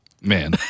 Man